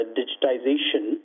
digitization